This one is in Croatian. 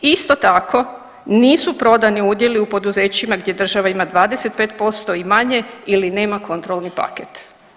Isto tako, nisu prodani udjeli u poduzećima gdje država ima 25% ili manje ili nema kontrolni paket.